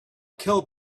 kill